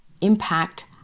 impact